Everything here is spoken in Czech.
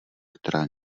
která